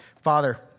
Father